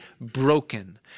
broken